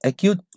Acute